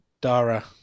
Dara